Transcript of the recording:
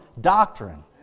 doctrine